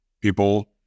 people